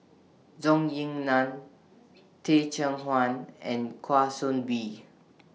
Zhou Ying NAN Teh Cheang Wan and Kwa Soon Bee